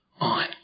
on